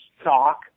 stock